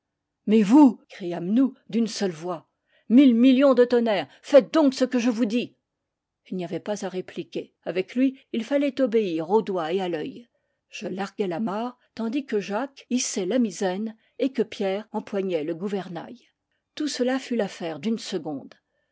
mais vous criâmes nous d'une seule voix mille millions de tonnerres faites donc ce que je vous dis il n'y avait pas à répliquer avec lui il fallait obéir au doigt et à l'œil je larguai l'amarre tandis que jacques his sait la misaine et que pierre empoignait le gouvernail tout cela fut l'affaire d'une seconde